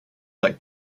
like